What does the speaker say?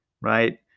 right